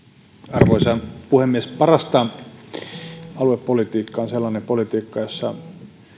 arvoisa puhemies parasta aluepolitiikkaa on sellainen politiikka jossa